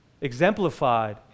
exemplified